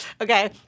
Okay